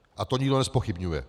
A to nikdo nezpochybňuje.